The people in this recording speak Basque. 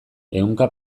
ehunka